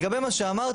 לגבי מה שאמרתם,